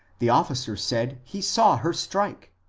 the officer said he saw her strike.